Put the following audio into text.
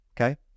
Okay